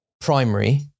primary